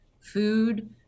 food